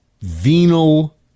venal